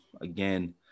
again